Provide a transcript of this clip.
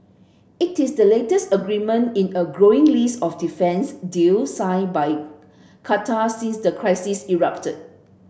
it is the latest agreement in a growing list of defence deals signed by Qatar since the crisis erupted